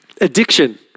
addiction